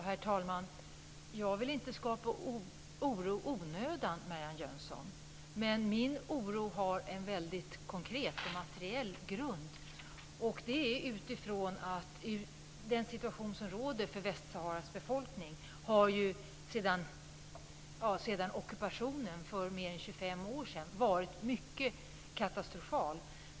Herr talman! Jag vill inte skapa oro i onödan, Marianne Jönsson. Men min oro har en väldigt konkret och materiell grund. Situationen för Västsaharas befolkning har ju sedan ockupationen för mer än 25 år sedan varit katastrofal.